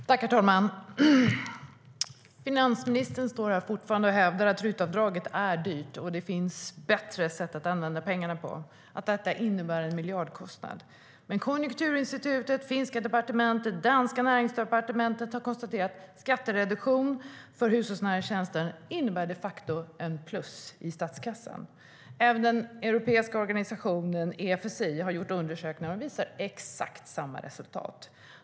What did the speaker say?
Herr talman! Finansministern hävdar fortfarande att RUT-avdraget är dyrt och att det finns bättre sätt att använda pengarna på - att det innebär en miljardkostnad. Men Konjunkturinstitutet, det finska departementet och det danska näringsdepartementet har konstaterat att skattereduktion för hushållsnära tjänster de facto innebär plus i statskassan. Även den europeiska organisationen Efsis undersökningar visar exakt samma resultat.